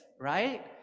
right